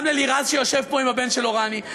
גם ללירז שיושב פה עם הבן שלו רני,